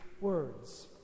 words